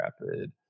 Rapid